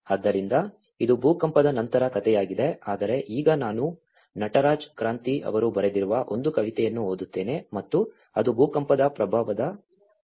ಆದ್ದರಿಂದ ಇದು ಭೂಕಂಪದ ನಂತರದ ಕಥೆಯಾಗಿದೆ ಆದರೆ ಈಗ ನಾನು ನಟರಾಜ್ ಕ್ರಾಂತಿ ಅವರು ಬರೆದಿರುವ ಒಂದು ಕವಿತೆಯನ್ನು ಓದುತ್ತೇನೆ ಮತ್ತು ಅದು ಭೂಕಂಪದ ಪ್ರಭಾವದ ಕ್ಷಣದ ಬಗ್ಗೆ ಆಗಿದೆ